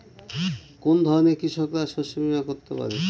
কোন ধরনের কৃষকরা শস্য বীমা করতে পারে?